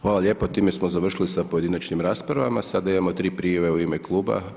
Hvala lijepo time smo završili sa pojedinačnim raspravama, sada imamo tri prijave u ime kluba.